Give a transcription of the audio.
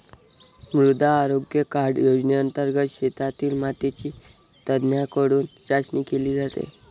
मृदा आरोग्य कार्ड योजनेंतर्गत शेतातील मातीची तज्ज्ञांकडून चाचणी केली जाते